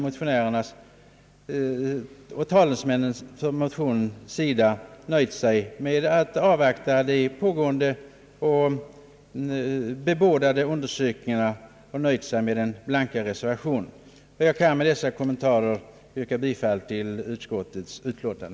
Motionärerna och talesmännen i utskottet för motionerna har också nöjt sig med att avvakta pågående och bebådade undersökningar och inskränkt sig till en blank reservation. Jag vill, herr talman, med dessa kommentarer yrka bifall till utskottets utlåtande.